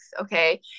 okay